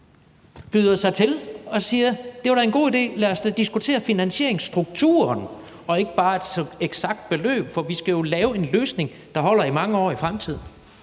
byder sig til og siger: Det var da en god idé, lad os diskutere finansieringsstrukturen og ikke bare et eksakt beløb, for vi skal jo lave en løsning, der holder i mange år ud i fremtiden.